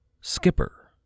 Skipper